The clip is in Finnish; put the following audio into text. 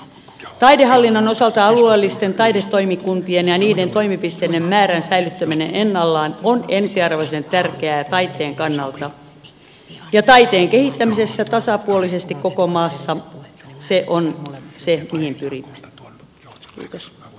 taidehallinnon osalta alueellisten taidetoimikuntien ja niiden toimipisteiden määrän säilyttäminen ennallaan on ensiarvoisen tärkeää taiteen kannalta ja taiteen kehittämisessä tasapuolisesti koko maassa se on se mihin pyrit hyväs